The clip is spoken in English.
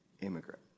immigrant